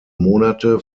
monate